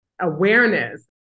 awareness